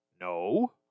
no